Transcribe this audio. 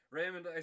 Raymond